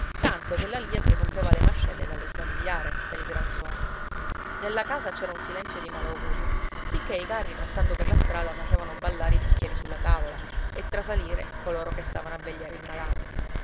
tanto che la lia si rompeva le mascelle dallo sbadigliare pel gran sonno nella casa c'era un silenzio di malaugurio sicché i carri passando per la strada facevano ballare i bicchieri sulla tavola e trasalire coloro che stavano a vegliare il malato